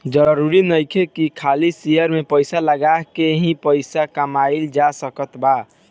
जरुरी नइखे की खाली शेयर में पइसा लगा के ही पइसा कमाइल जा सकत बा